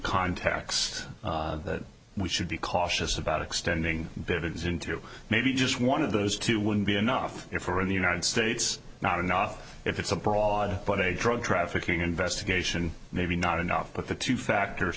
contacts that we should be cautious about extending bit into maybe just one of those two would be enough for the united states not enough if it's a broad but a drug trafficking investigation maybe not enough but the two factors